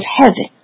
heaven